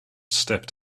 stepped